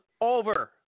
over